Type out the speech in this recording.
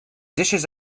dishes